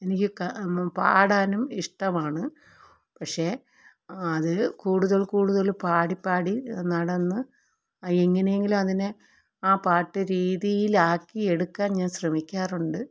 എനിക്ക് പാടാനും ഇഷ്ടമാണ് പക്ഷെ അതിൽ കൂടുതൽ കൂടുതൽ പാടി പാടി നടന്ന് അത് എങ്ങനെയെങ്കിലും അതിനെ ആ പാട്ട് രീതിയിലാക്കിയെടുക്കാൻ ഞാൻ ശ്രമിക്കാറുണ്ട്